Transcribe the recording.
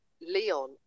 Leon